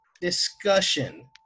discussion